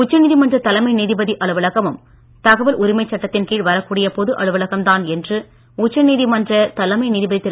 உச்சநீதிமன்ற தலைமை நீதிபதி அலுவலகமும் தகவல் உரிமைச் சட்டத்தின் கீழ் வரக்கூடிய பொது அலுவலகம் தான் என்று உச்சநீதிமன்ற தலைமை நீதிபதி திரு